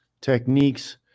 techniques